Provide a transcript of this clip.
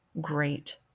great